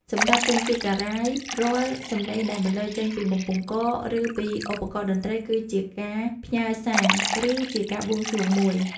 សម្រាប់ជនជាតិចារាយ រាល់សម្លេងដែលបន្លឺចេញពីបំពង់ក ឬពីឧបករណ៍តន្ត្រី គឺជាការផ្ញើសារ ឬជាការបួងសួងមួយ។